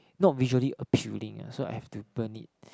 not visually appealing lah so I have to burn it